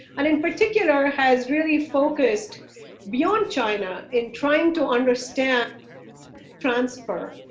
and in particular has really focused beyond china in trying to understand transfer,